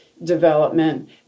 development